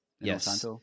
Yes